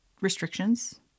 restrictions